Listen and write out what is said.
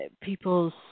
people's